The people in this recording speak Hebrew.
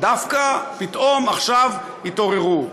דווקא פתאום עכשיו התעוררו.